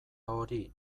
hori